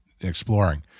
exploring